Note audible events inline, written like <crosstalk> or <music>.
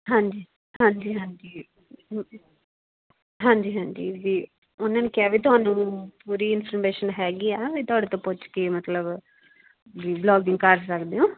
ਹਾਂਜੀ ਹਾਂਜੀ ਹਾਂਜੀ <unintelligible> ਹਾਂਜੀ ਹਾਂਜੀ ਜੀ ਉਹਨਾਂ ਨੇ ਕਿਹਾ ਵੀ ਤੁਹਾਨੂੰ ਪੂਰੀ ਇੰਫੋਰਮੇਸ਼ਨ ਹੈਗੀ ਆ ਵੀ ਤੁਹਾਡੇ ਤੋਂ ਪੁੱਛ ਕੇ ਮਤਲਬ ਵੀ ਵਲੋਗਿੰਗ ਕਰ ਸਕਦੇ ਹੋ